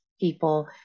People